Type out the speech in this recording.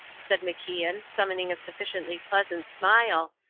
said macian, summoning a sufficiently pleasant smile,